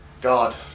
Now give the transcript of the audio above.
God